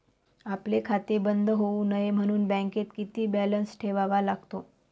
आपले खाते बंद होऊ नये म्हणून बँकेत किती बॅलन्स ठेवावा लागतो?